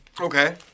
Okay